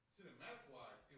Cinematic-wise